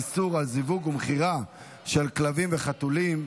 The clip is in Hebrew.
איסור על זיווג ומכירה של כלבים וחתולים),